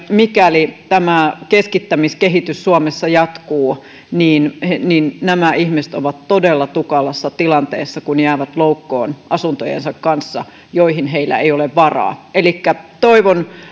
mikäli tämä keskittämiskehitys suomessa jatkuu niin niin nämä ihmiset ovat todella tukalassa tilanteessa kun jäävät loukkuun asuntojensa kanssa joihin heillä ei ole varaa elikkä toivon